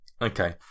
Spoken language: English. Okay